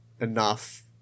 enough